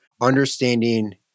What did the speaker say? understanding